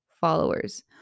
followers